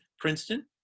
Princeton